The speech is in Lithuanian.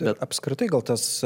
bet apskritai gal tas